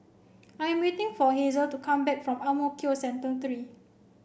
I'm waiting for Hazel to come back from Ang Mo Kio Central Three